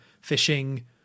fishing